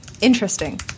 Interesting